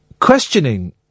questioning